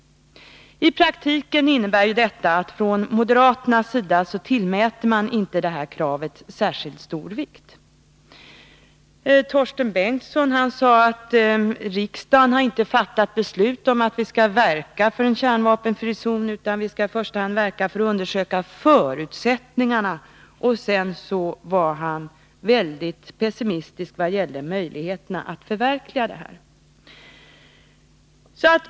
I praktiken innebär detta att moderaterna inte tillmäter detta krav särskilt stor vikt. Torsten Bengtson framhöll att riksdagen inte har fattat beslut om att vi skall verka för en kärnvapenfri zon, utan vi skall i första hand undersöka förutsättningarna. Sedan var han väldigt pessimistisk när det gäller möjligheterna att förverkliga detta.